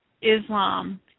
Islam